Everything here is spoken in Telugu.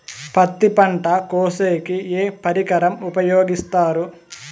పత్తి పంట కోసేకి ఏ పరికరం ఉపయోగిస్తారు?